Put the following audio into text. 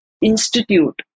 institute